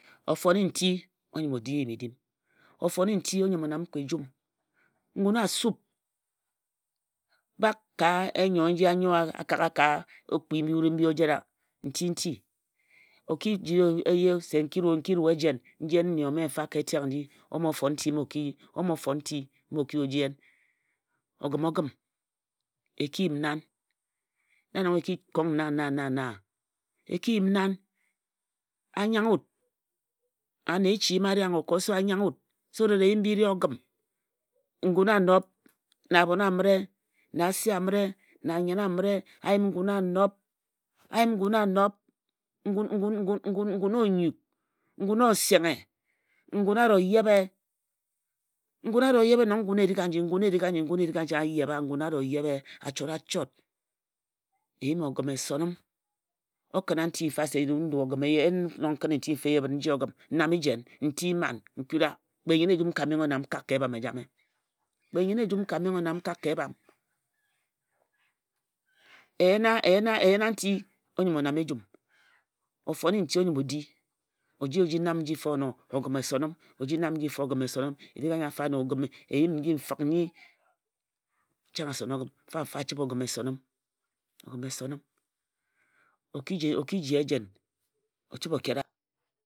O fone nti onyim o di eyim-edim. O fone nti o nyim nam kpe ejum. Ngun a sub. Bak ka enyoe nji a kagha ka Okpi mbi o jena nti-nti. O ki ji ejen se oji yen nne o wa o mo fon ntu. Ogim ogim e ki yim nan. Na nong e ki kong nna nna? E ki yim nani? A nyaghe wut ane echi mma a ri ago ka anyanghe wut so dat eyim bi re ogim. Ngun a nob na abhon amire a yim ngun a nob a yim ngun a nob ngun onyuk ngun osenghe. Ngun a ro yebhe ngun a ro yebhe nong ngun erik aji. Ngun erik aji a yebha ngun erik aji a yebha ngun erik aji a yebha ngun achot achot, eyim ogim e so nime o kina nti mfa se o ji ogim, yen nong n kini nti se n ji o gim n name jen? Nti mman kpe nnyene ejum n ka nam n kak ka ebham ejame, kpe nnyen ejum n ka menghe o nam ejum. E yena nti, o nyim o nam ejum. O fonie nti o nyim o di. O ji o ji nam nji mfono ogim esonim. Erik aji nfik nyi chang a sona ogim. Mfa mfa ogim esonim ogim esonim. O ki ji ejen o chebhe o kera